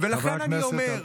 לכן אני אומר,